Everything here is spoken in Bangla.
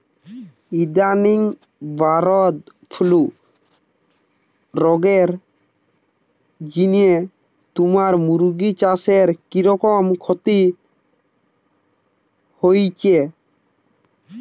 ইদানিং বারদ ফ্লু রগের জিনে তুমার মুরগি চাষে কিরকম ক্ষতি হইচে?